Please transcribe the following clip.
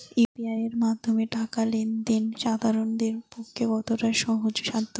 UPI এর মাধ্যমে টাকা লেন দেন সাধারনদের পক্ষে কতটা সহজসাধ্য?